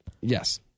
Yes